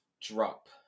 drop